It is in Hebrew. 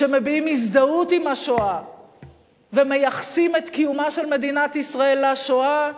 שמביעים הזדהות עם השואה ומייחסים את קיומה של מדינת ישראל לשואה,